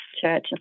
church